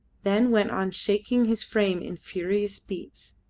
then went on shaking his frame in furious beats.